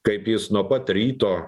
kaip jis nuo pat ryto